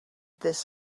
this